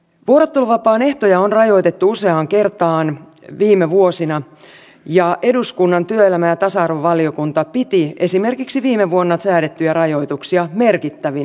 vuorotteluvapaan ehtoja on rajoitettu useaan kertaan viime vuosina ja eduskunnan työelämä ja tasa arvovaliokunta piti esimerkiksi viime vuonna säädettyjä rajoituksia merkittävinä